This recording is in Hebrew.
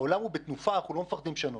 העולם בתנופה ואנחנו לא מפחדים לשנות.